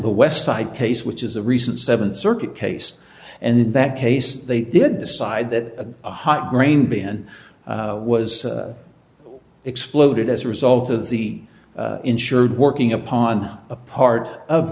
the westside case which is a recent seventh circuit case and in that case they did decide that a hot grain bin was exploded as a result of the insured working upon a part of